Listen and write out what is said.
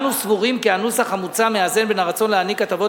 אנו סבורים כי הנוסח המוצע מאזן בין הרצון להעניק הטבות